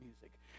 music